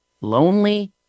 lonely